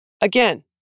Again